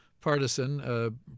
partisan